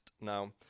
Now